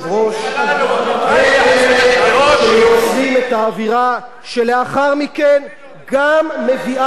הם אלה שיוצרים את האווירה שלאחר מכן גם מביאה למעשי אלימות,